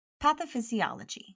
Pathophysiology